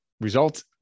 results